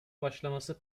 başlaması